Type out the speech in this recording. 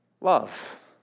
Love